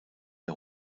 der